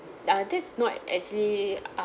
uh that's not actually uh